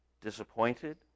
disappointed